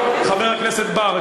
חבר הכנסת בר,